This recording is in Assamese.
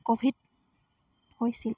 ক'ভিড হৈছিল